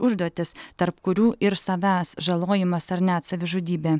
užduotis tarp kurių ir savęs žalojimas ar net savižudybė